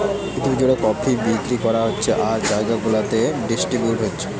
পৃথিবী জুড়ে কফি বিক্রি করা হচ্ছে আর জাগায় জাগায় ডিস্ট্রিবিউট হচ্ছে